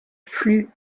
flux